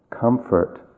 comfort